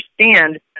understand